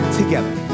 together